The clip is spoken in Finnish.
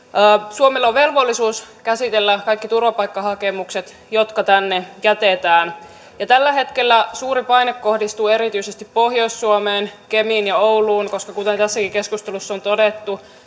suomella on velvollisuus käsitellä kaikki turvapaikkahakemukset jotka tänne jätetään tällä hetkellä suuri paine kohdistuu erityisesti pohjois suomeen kemiin ja ouluun koska kuten tässäkin keskustelussa on todettu